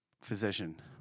physician